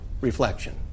reflection